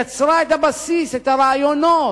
יצרה את הבסיס, את הרעיונות,